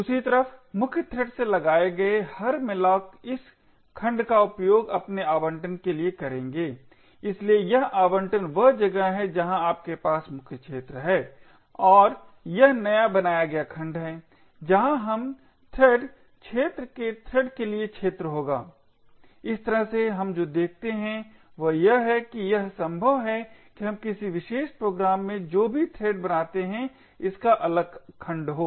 दूसरी तरफ मुख्य थ्रेड से लगाए गए हर malloc इस खंड का उपयोग अपने आवंटन के लिए करेंगे इसलिए यह आवंटन वह जगह है जहां आपके पास मुख्य क्षेत्र है और यह नया बनाया गया खंड है जहां हम थ्रेड क्षेत्र के थ्रेड के लिए क्षेत्र होगा इस तरह से हम जो देखते हैं वह यह है कि यह संभव है कि हम किसी विशेष प्रोग्राम में जो भी थ्रेड बनाते हैं उसका अलग खंड हो